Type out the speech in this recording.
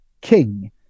king